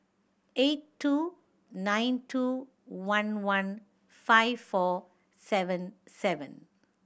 eight two nine two one one five four seven seven